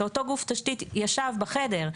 שאותו גוף תשתית ישב בחדר,